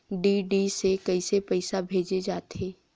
DD से कइसे पईसा भेजे जाथे?